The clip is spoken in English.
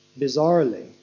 bizarrely